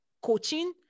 coaching